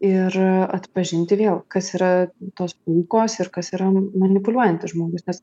ir atpažinti vėl kas yra tos kulkos ir kas yra manipuliuojantis žmogus nes